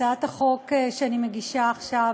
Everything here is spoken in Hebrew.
הצעת החוק שאני מגישה עכשיו